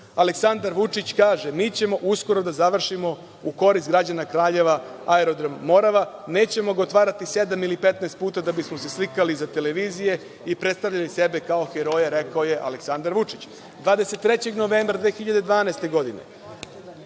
Aleksandar Vučić kaže – mi ćemo uskoro da završimo u korist građana Kraljeva Aerodrom „Morava“, nećemo ga otvarati sedam ili petnaest puta da bismo se slikali za televizije i predstavljali sebe kao heroje, rekao je Aleksandar Vučić. Novembra 23. 2012. godine,